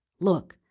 look!